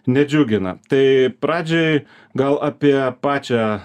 nedžiugina tai pradžioj gal apie pačią